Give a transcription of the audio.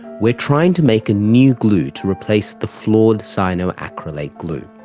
we are trying to make a new glue to replace the flawed cyanoacrylate glue.